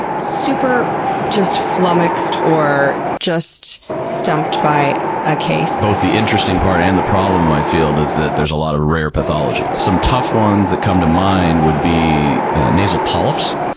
super flummoxed or just stumped by a case? both the interesting part and the problem in my field is that there's a lot of rare pathology. some tough ones that come to mind would be nasal polyps.